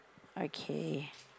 I care